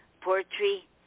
poetry